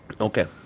okay